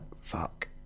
fuck